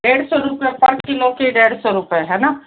डेढ़ सौ रुपये पर किलो की डेढ़ सौ है ना